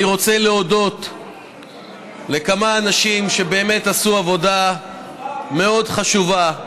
אני רוצה להודות לכמה אנשים שבאמת עשו עבודה מאוד חשובה.